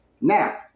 Now